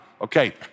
Okay